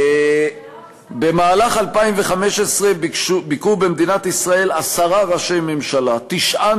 מפגש כראש ממשלה או כשר חוץ?